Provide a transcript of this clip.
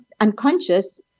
unconscious